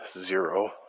zero